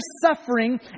suffering